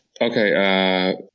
Okay